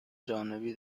جانبی